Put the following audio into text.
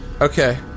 Okay